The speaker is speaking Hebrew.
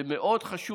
וזה מאוד חשוב.